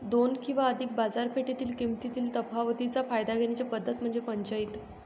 दोन किंवा अधिक बाजारपेठेतील किमतीतील तफावतीचा फायदा घेण्याची पद्धत म्हणजे पंचाईत